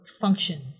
function